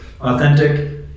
Authentic